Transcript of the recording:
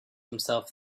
himself